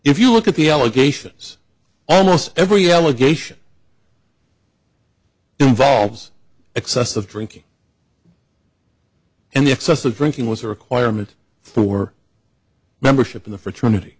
liability if you look at the allegations almost every allegation involves excessive drinking and excessive drinking was a requirement for membership in the fraternity